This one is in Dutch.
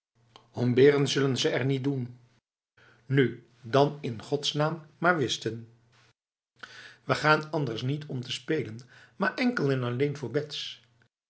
zullen ze er niet doen nu dan in godsnaam maar whisten we gaan anders niet om te spelen maar enkel en alleen voor bets